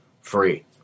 free